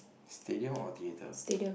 stadium or theatre